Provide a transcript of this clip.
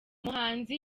muhanzi